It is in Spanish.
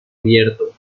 abierto